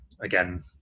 again